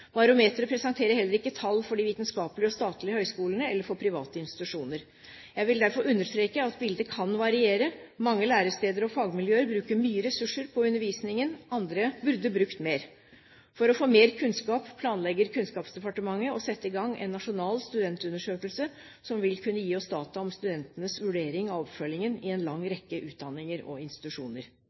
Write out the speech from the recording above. Barometeret presenterer heller ikke tall for de vitenskapelige og statlige høyskolene eller for private institusjoner. Jeg vil derfor understreke at bildet kan variere; mange læresteder og fagmiljøer bruker mye ressurser på undervisningen, andre burde brukt mer. For å få mer kunnskap planlegger Kunnskapsdepartementet å sette i gang en nasjonal studentundersøkelse som vil kunne gi oss data om studentenes vurdering av oppfølgingen i en lang rekke utdanninger og institusjoner.